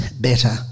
better